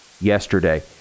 yesterday